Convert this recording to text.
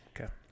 Okay